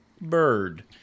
bird